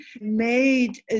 made